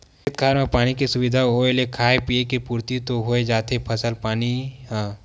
खेत खार म पानी के सुबिधा होय ले खाय पींए के पुरति तो होइ जाथे फसल पानी ह